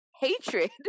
hatred